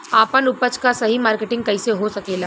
आपन उपज क सही मार्केटिंग कइसे हो सकेला?